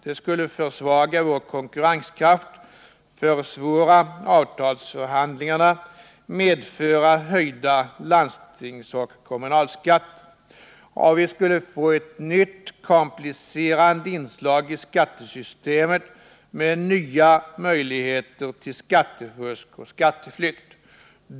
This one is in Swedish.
Det skulle försvaga vår konkurrenskraft, försvåra avtalsförhandlingarna, medföra höjda landstingsoch kommunalskatter, och vi skulle få ett nytt komplicerande inslag i skattesystemet, med nya möjligheter till skattefusk och skatteflykt.